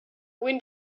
wind